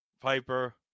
Piper